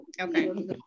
Okay